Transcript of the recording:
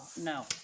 no